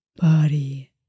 body